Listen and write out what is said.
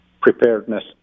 preparedness